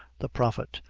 the prophet,